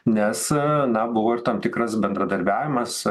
nes na buvo ir tam tikras bendradarbiavimas